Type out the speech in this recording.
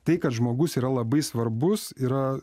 tai kad žmogus yra labai svarbus yra